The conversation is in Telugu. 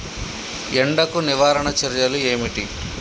ఎండకు నివారణ చర్యలు ఏమిటి?